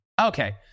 Okay